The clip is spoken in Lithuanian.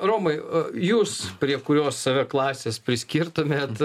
romai jūs prie kurios save klasės priskirtumėt